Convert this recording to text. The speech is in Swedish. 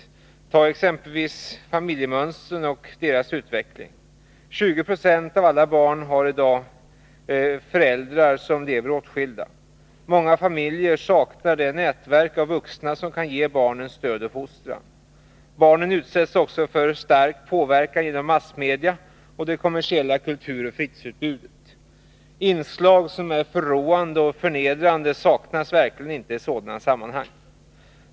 Som ett exempel kan nämnas familjemönstren och deras utveckling. 20 960 av alla barn har i dag föräldrar som lever åtskilda. Många familjer saknar det nätverk av vuxna som kan ge barnen stöd och fostran. Barnen utsätts också för stark påverkan genom massmedia och det kommersiella kulturoch fritidsutbudet. Inslag som är förråande och förnedrande saknas verkligen inte i sådana sammanhang.